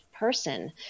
person